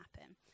happen